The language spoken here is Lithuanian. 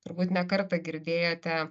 turbūt ne kartą girdėjote